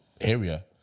area